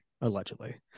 allegedly